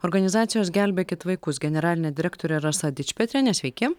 organizacijos gelbėkit vaikus generalinė direktorė rasa dičpetrienė sveiki